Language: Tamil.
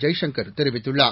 ஜெய்சங்கர் தெரிவித்துள்ளார்